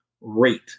rate